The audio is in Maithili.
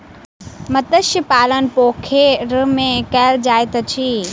मत्स्य पालन पोखैर में कायल जाइत अछि